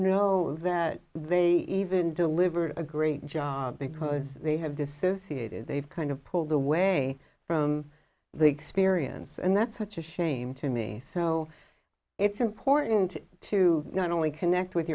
know that they even deliver a great job because they have dissociated they've kind of pulled away from the experience and that's such a shame to me so it's important to not only connect with